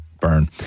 burn